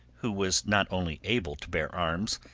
who was not only able to bear arms,